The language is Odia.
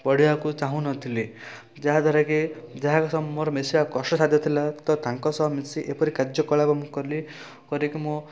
ପଡ଼ିଆକୁ ଚାହୁଁନଥିଲି ଯାହାଦ୍ୱାରାକି ଯାହା ସହ ମୋର ମିଶିବା କଷ୍ଟସାଧ୍ୟ ଥିଲା ତ ତାଙ୍କ ସହ ମିଶି ଏପରି କାର୍ଯ୍ୟକଳାପ ମୁଁ କଲି କରିକି ମୁଁ